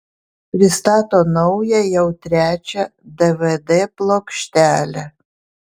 pristato naują jau trečią dvd plokštelę